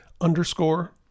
underscore